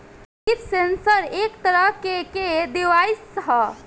leaf sensor एक तरह के के डिवाइस ह